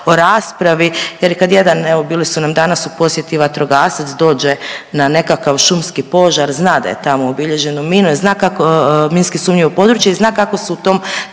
o raspravi jer kad jedan, evo, bili su nam danas u posjeti, vatrogasac dođe na nekakav šumski požar, zna da je tamo obilježeno mina, zna kako, minski sumnjivo područje i zna kako se u tom